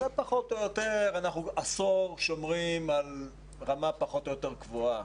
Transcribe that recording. אנחנו עשור שומרים על רמה פחות או יותר קבועה.